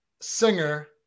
singer